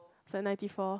is like ninety four